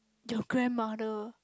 your grandmother